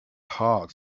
heart